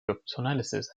cryptanalysis